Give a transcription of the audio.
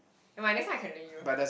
never mind next time I can lend you